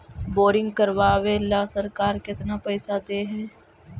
Boring करबाबे ल सरकार केतना पैसा दे है?